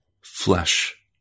flesh